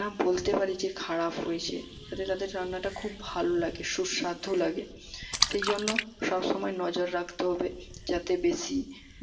না বলতে পারে যে খারাপ হয়েছে তাতে তাদের রান্নাটা খুব ভালো লাগে সুস্বাদ লাগে সেই জন্য সবসময় নজর রাখতে হবে যাতে বেশি